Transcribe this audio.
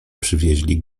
przywieźli